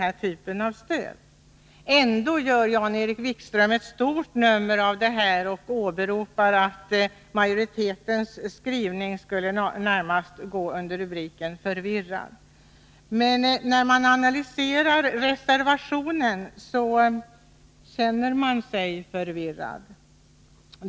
Ändå gör Jan-Erik Wikström ett stort nummer av detta förslag och säger att majoritetens skrivning närmast skulle kunna rubriceras som förvirrad. När man analyserar reservationen, känner man sig förvirrad.